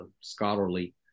scholarly